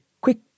quick